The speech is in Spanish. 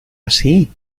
así